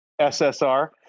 SSR